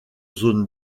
zone